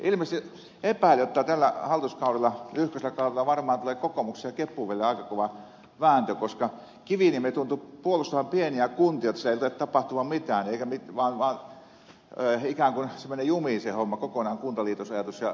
ilmeisesti epäilen jotta tällä lyhkäisellä hallituskaudella varmaan tulee kokoomuksen ja kepun välillä aika kova vääntö koska kiviniemi tuntui puolustavan pieniä kuntia jotta siellä ei tule tapahtuman mitään vaan ikään kuin se menee jumiin se homma kokonaan kuntaliitosajatus ja ilmeisesti ed